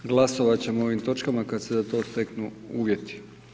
Glasovat ćemo o ovim točkama kad se za to steknu uvjeti.